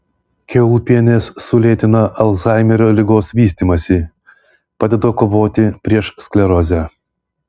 kiaulpienės sulėtina alzhaimerio ligos vystymąsi padeda kovoti prieš sklerozę